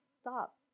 stop